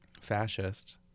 fascist